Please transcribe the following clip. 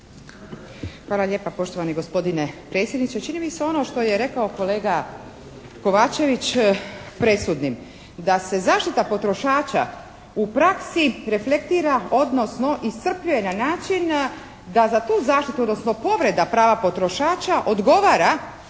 Hvala lijepa poštovani gospodine predsjedniče. Čini mi se ono što je rekao kolega Kovačević presudnim da se zaštita potrošača u praksi reflektira odnosno iscrpljuje na način da za tu zaštitu odnosno povreda prava potrošača odgovara